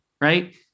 Right